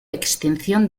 extinción